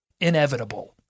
inevitable